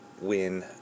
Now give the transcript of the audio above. win